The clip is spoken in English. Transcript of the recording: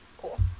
Cool